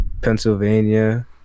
Pennsylvania